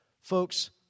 Folks